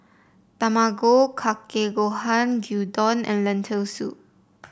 Tamago Kake Gohan Gyudon and Lentil Soup